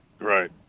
Right